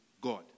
God